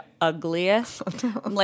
ugliest